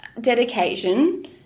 dedication